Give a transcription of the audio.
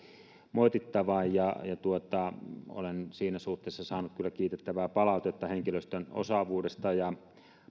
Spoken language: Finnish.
moitittavaa olen siinä suhteessa saanut kyllä kiitettävää palautetta henkilöstön osaavuudesta ja